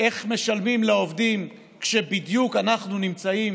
איך משלמים לעובדים כשבדיוק אנחנו נמצאים